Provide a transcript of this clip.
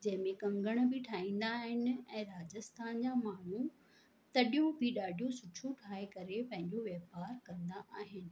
जंहिंमें कंगण बि ठाएंदा आहिन ऐं राजस्थान जा माण्हू तॾियूं बि ॾाढियूं सुठियूं ठाए करे पंहिंजो वापारु कंदा आहिनि